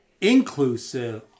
inclusive